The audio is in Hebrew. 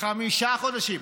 חמישה חודשים.